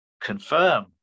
confirm